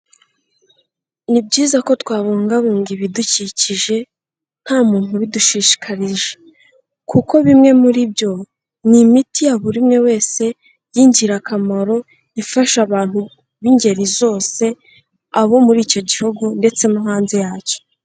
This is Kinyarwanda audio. Ni byiza ko twabungabunga ibidukikije, nta muntu ubidushishikarije kuko bimwe muri byo ni imiti ya buri umwe wese y'ingirakamaro ifasha abantu b'ingeri zose abo muri icyo gihugu ndetse no hanze yacyo.